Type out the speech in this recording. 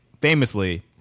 famously